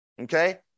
Okay